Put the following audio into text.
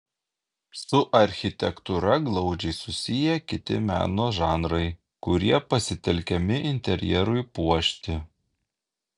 su architektūra glaudžiai susiję kiti meno žanrai kurie pasitelkiami interjerui puošti